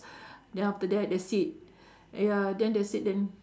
then after that that's it yeah then that's it then